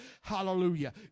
Hallelujah